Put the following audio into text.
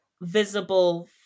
visible